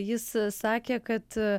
jis sakė kad